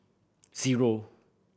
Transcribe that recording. zero